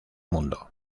mundo